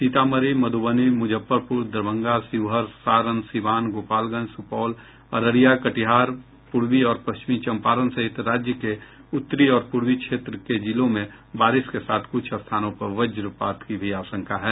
सीतामढ़ी मधुबनी मुजफ्फरपुर दरभंगा शिवहर सारण सीवान गोपालगंज सुपौल अररिया कटिहार पूर्वी और पश्चिमी चम्पारण सहित राज्य के उत्तरी और पूर्वी क्षेत्र के जिलों में बारिश के साथ कुछ स्थानों पर वज्रपात की भी आशंका है